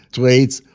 trades.